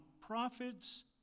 prophets